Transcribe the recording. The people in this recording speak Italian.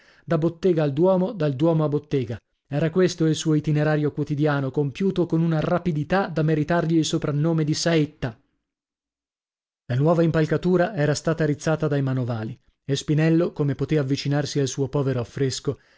da bottega al duomo dal duomo a bottega era questo il suo itinerario quotidiano compiuto con una rapidità da meritargli il soprannome di saetta la nuova impalcatura era stata rizzata dai manovali e spinello come potè avvicinarsi al suo povero affresco